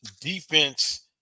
defense